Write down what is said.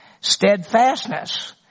Steadfastness